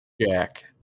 jack